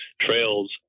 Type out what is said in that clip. trails